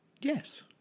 Yes